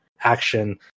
action